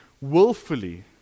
willfully